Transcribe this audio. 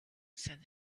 said